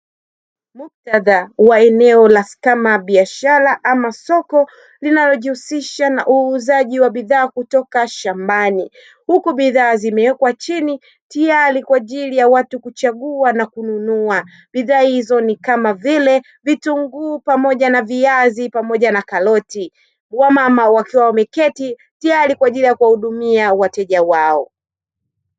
Muktadha wa eneo la kama biashara ama soko linalojihusisha na uuzaji wa bidhaa kutoka shambani, huku bidhaa zimewekwa chini, tiyari kwa ajili ya watu kuchagua na kununua bidhaa hizo ni kama vile vitunguu pamoja na viazi pamoja na karoti wamama wakiwa wameketi tayari kwa ajili ya kuwahudumia wateja wao.